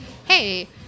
hey